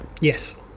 Yes